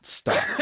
stop